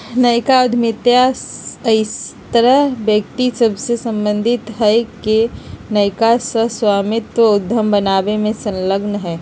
नयका उद्यमिता अइसन्न व्यक्ति सभसे सम्बंधित हइ के नयका सह स्वामित्व उद्यम बनाबे में संलग्न हइ